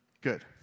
Good